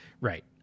Right